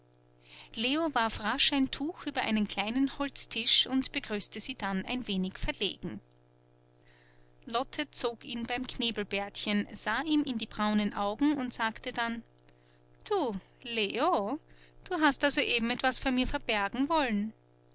leo warf rasch ein tuch über einen kleinen holztisch und begrüßte sie dann ein wenig verlegen lotte zog ihn beim knebelbärtchen sah ihm in die braunen augen und sagte dann du leo du hast da soeben etwas vor mir verbergen wollen